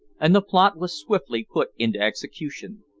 and the plot was swiftly put into execution,